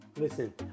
listen